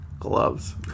gloves